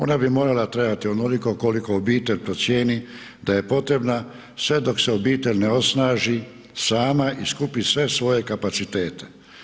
Ona bi morala trajati onoliko koliko obitelj procijeni da je potrebna sve dok se obitelj ne osnaži sama i skupi sve svoje kapacitete.